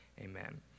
Amen